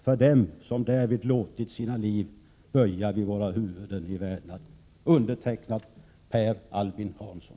För dem, som därvid låtit sina liv, böja vi våra huvuden i vördnad.” Brevet är undertecknat av Per Albin Hansson.